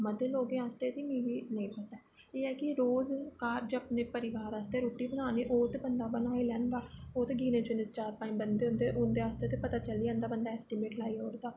मते लोकें आस्तै मिकी नेईं पता एह् ऐ कि रोज घर ज अपने परिवार आस्तै रुट्टी बनानी ओ ते ओह् बंदा बनाई लैंदा ओह् ते गिने चुने चार पंज बंदे होंदे उंदे आस्तै ते पता चली जंदा बंदा ऐस्टीमेट लाई ओड़दा